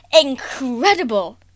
incredible